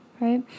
right